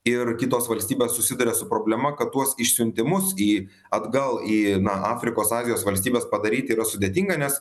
ir kitos valstybės susiduria su problema kad tuos išsiuntimus į atgal į na afrikos azijos valstybes padaryti yra sudėtinga nes